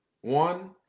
One